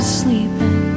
sleeping